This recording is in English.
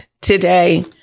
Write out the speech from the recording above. today